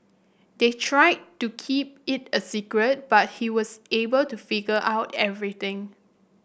they tried to keep it a secret but he was able to figure out everything